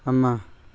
ꯑꯃ